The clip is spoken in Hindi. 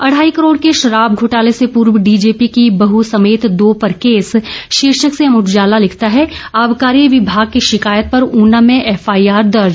अढाई करोड़ के शराब घोटाले में पूर्व डीजीपी की बह समेत दो पर केस शीर्षक से अमर उजाला लिखता है आबकारी विभाग की शिकायत पर ऊना में एफआईआर दर्ज